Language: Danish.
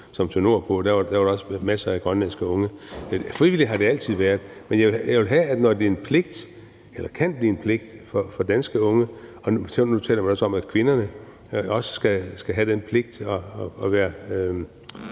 som tog nordpå. Der var der også masser af grønlandske unge. Frivilligt har det altid været. Men jeg vil have, at når det kan blive en pligt for danske unge, og nu taler man også om, at kvinderne også skal have den pligt at være